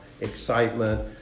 excitement